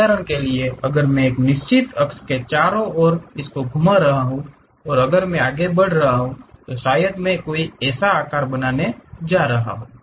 उदाहरण के लिए अगर मैं एक निश्चित अक्ष के चारों ओर एक को घूमा रहा हूं और अगर मैं आगे बढ़ रहा हूं तो शायद मैं एक ऐसा आकार बनाने जा रहा हूं